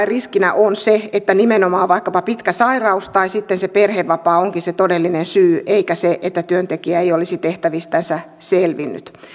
riskinä on se että nimenomaan vaikkapa pitkä sairaus tai sitten se perhevapaa onkin se todellinen syy eikä se että työntekijä ei olisi tehtävistänsä selvinnyt